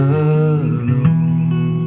alone